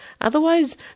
Otherwise